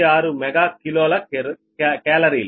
86 mega కిలోల కేలరీలు